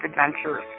Adventures